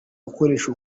ukoresha